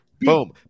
boom